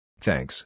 Thanks